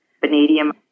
vanadium